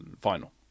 Final